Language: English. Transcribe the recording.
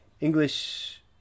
English